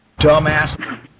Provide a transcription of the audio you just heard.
Dumbass